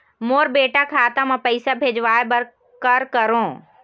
मोर बेटा खाता मा पैसा भेजवाए बर कर करों?